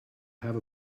have